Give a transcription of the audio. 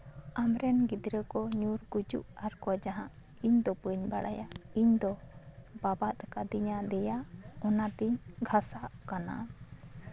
ᱟᱢᱨᱮᱱ ᱜᱤᱫᱽᱨᱟᱹ ᱠᱚ ᱧᱩᱨ ᱜᱩᱡᱩᱜ ᱟᱨ ᱡᱟᱦᱟᱸᱜ ᱤᱧ ᱫᱚ ᱵᱟᱹᱧ ᱵᱟᱲᱟᱭᱟ ᱤᱧ ᱫᱚ ᱵᱟᱵᱟᱫ ᱠᱟᱫᱤᱧᱟ ᱫᱮᱭᱟ ᱚᱱᱟᱛᱤᱧ ᱜᱷᱟᱥᱟᱜ ᱠᱟᱱᱟ